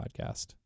podcast